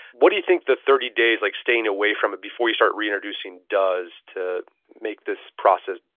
what do you think the thirty days like staying away from it before you start reintroducing does to make this process,